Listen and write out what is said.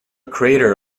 crater